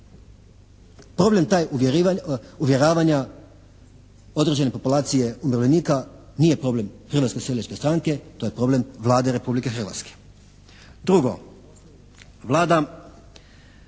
Problem taj uvjeravanja određene populacije umirovljenika nije problem Hrvatske seljačke stranke, to je problem Vlade Republike Hrvatske. Drugo, Vlada